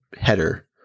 header